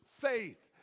faith